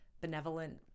benevolent